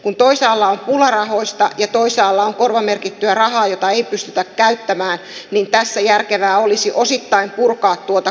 kun toisaalla on pula rahoista ja toisaalla on korvamerkittyä rahaa jota ei pystytä käyttämään niin tässä järkevää olisi osittain purkaa tuota korvamerkkiä